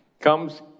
comes